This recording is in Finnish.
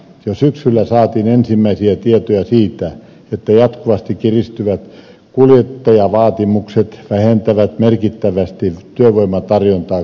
jo syksyllä saatiin ensimmäisiä tietoja siitä että jatkuvasti kiristyvät kuljettajavaatimukset vähentävät merkittävästi työvoimatarjontaa kuljetusyrityksille